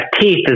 teeth